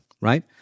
right